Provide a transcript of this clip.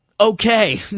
okay